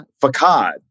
facade